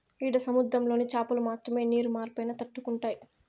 ఈడ సముద్రంలోని చాపలు మాత్రమే నీరు మార్పైనా తట్టుకుంటాయి